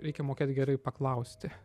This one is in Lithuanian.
reikia mokėt gerai paklausti